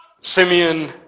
Simeon